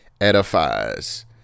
edifies